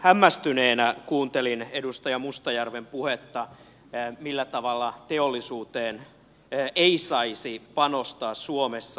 hämmästyneenä kuuntelin edustaja mustajärven puhetta ja sitä millä tavalla teollisuuteen ei saisi panostaa suomessa